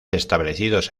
establecidos